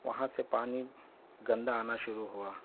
وہاں سے پانی گندا آنا شروع ہوا